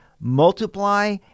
multiply